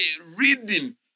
reading